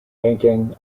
banking